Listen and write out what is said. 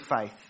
faith